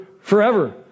forever